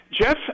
Jeff